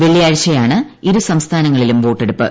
വെള്ളിയാഴ്ചയാണ് ഇരു സംസ്ഥാനങ്ങളിലും വോട്ടെടുപ്പ്